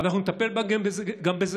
אנחנו נטפל גם בזה.